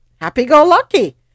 happy-go-lucky